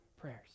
prayers